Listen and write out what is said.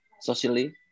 socially